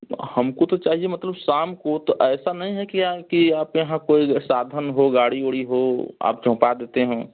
तो हमको तो चाहिए मतलब शाम को तो ऐसा नहीं है कि कि आपके यहाँ कोई साधन हो गाड़ी ओड़ी हो आप पहुंचा देते हों